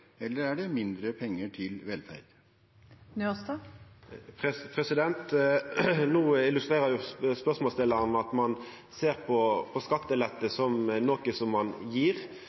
eller er det mindre penger til velferd? Spørsmålsstillaren illustrerer no at ein ser på skattelette som noko som ein